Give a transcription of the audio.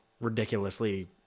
ridiculously